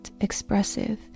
expressive